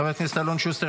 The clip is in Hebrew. חבר הכנסת טיבי,